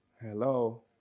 Hello